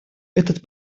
этот